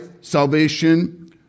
salvation